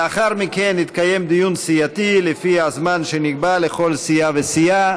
לאחר מכן יתקיים דיון סיעתי לפי הזמן שנקבע לכל סיעה וסיעה.